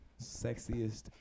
sexiest